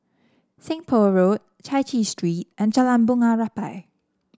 Seng Poh Road Chai Chee Street and Jalan Bunga Rampai